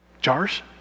Jars